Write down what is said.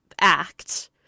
act